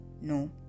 no